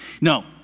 No